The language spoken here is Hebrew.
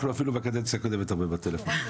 בקדנציה הקודמת שוחחנו הרבה מאוד בטלפון.